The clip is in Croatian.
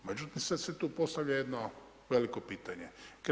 Međutim, sada se tu postavlja jedno veliko pitanje.